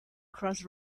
cross